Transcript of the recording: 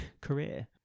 career